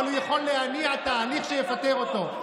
אבל הוא יכול להניע תהליך שיפטר אותו.